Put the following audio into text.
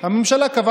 מה כתוב?